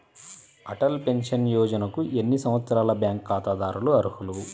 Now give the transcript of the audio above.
Atal pension యోజనకు ఎన్ని సంవత్సరాల బ్యాంక్ ఖాతాదారులు అర్హులు?